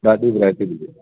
ॾाढी वैराइटी मिली वेंदव